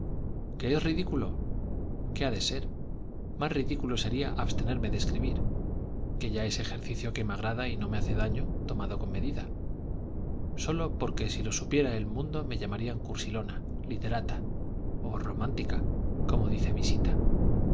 qué es ridículo qué ha de ser más ridículo sería abstenerme de escribir ya que es ejercicio que me agrada y no me hace daño tomado con medida sólo porque si lo supiera el mundo me llamaría cursilona literata o romántica como dice visita